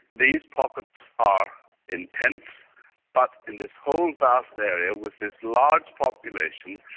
these pockets are intense but in this whole vast area with this large population,